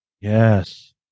Yes